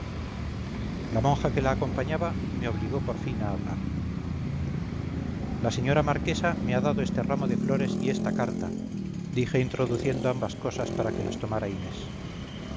la monja que la acompañaba me obligó por fin a hablar la señora marquesa me ha dado este ramo de flores y esta carta dije introduciendo ambas cosas para que las tomara inés